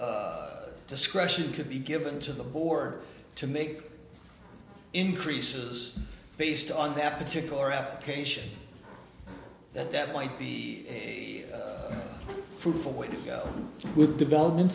of discretion could be given to the poor to make increases based on that particular application that that might be a fruitful way to go with development